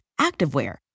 activewear